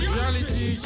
Reality